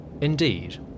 Indeed